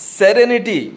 serenity